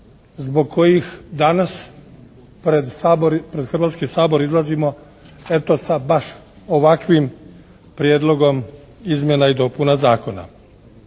zbog kojih danas pred Hrvatski sabor izlazimo eto sa baš ovakvim prijedlogom izmjena i dopuna zakona.